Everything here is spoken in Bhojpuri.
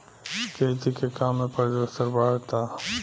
खेती के काम में प्रदूषण बढ़ता